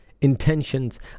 intentions